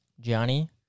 Johnny